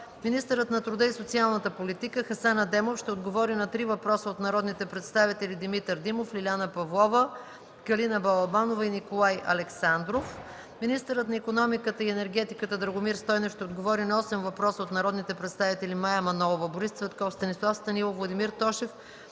Министърът на труда и социалната политика Хасан Адемов ще отговори на три въпроса от народните представители Димитър Димов, Лиляна Павлова, Калина Балабанова и Николай Александров. 5. Министърът на икономиката и енергетиката Драгомир Стойнев ще отговори на осем въпроса от народните представители Мая Манолова, Борис Цветков, Станислав Станилов, Владимир Тошев,